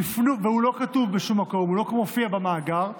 והוא לא כתוב בשום מקום, הוא לא מופיע במאגר,